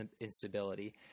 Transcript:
instability